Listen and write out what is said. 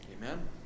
Amen